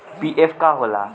PF का होला?